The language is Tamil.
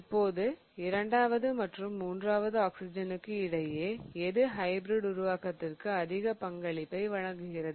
இப்போது இரண்டாவது மற்றும் மூன்றாவது ஆக்சிஜனுக்கு இடையே எது ஹைபிரிட் உருவாக்கத்திற்கு அதிக பங்களிப்பை வழங்குகிறது